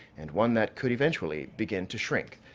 and one that could eventually begin to shrink.